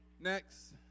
Next